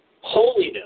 holiness